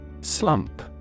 Slump